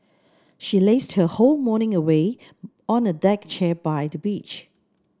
she lazed her whole morning away on a deck chair by the beach